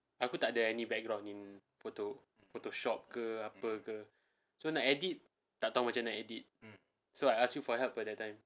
kenapa tak ada any background in photo~ Photoshop ke apa ke so nak edit tak tahu macam mana nak edit so I ask you for help that time